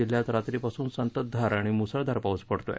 जिल्ह्यात रात्रीपासून संततधार आणि मुसळधार पाउस पडतोय